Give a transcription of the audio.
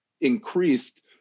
increased